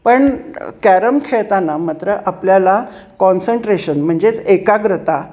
पण कॅरम खेळताना मात्र आपल्याला कॉन्सन्ट्रेशन म्हणजेच एकाग्रता